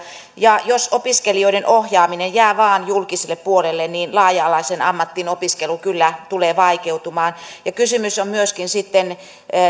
ja jos opiskelijoiden ohjaaminen jää vain julkiselle puolelle niin laaja alaiseen ammattiin opiskelu kyllä tulee vaikeutumaan kysymys on myöskin sitten